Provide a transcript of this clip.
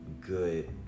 good